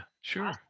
sure